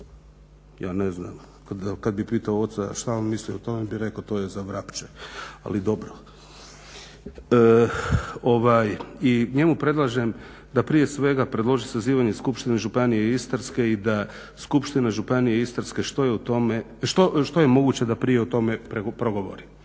Ja ne znam, kad bi pitao oca što on misli o tome on bi rekao to je za Vrapče, ali dobro. I njemu predlažem da prije svega predloži sazivanje Skupštine županije Istarske i da Skupština županije Istarske što je moguće da prije o tome progovori.